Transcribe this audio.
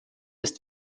ist